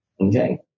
Okay